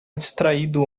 distraído